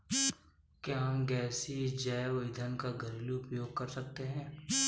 क्या हम गैसीय जैव ईंधन का घरेलू उपयोग कर सकते हैं?